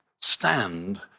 stand